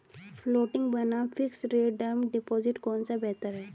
Floating बनाम fixed rate term deposit कौन सा बेहतर है?